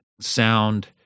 sound